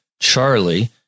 Charlie